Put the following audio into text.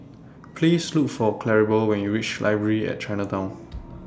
Please Look For Claribel when YOU REACH Library At Chinatown